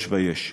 יש ויש.